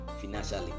financially